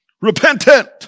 Repentant